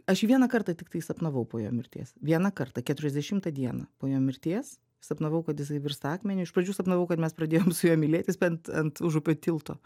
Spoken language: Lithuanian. aš jį vieną kartą tiktai sapnavau po jo mirties vieną kartą keturiasdešimtą dieną po jo mirties sapnavau kad jisai virsta akmeniu iš pradžių sapnavau kad mes pradėjom su juo mylėtis bent ant užupio tilto